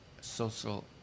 social